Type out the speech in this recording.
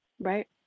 right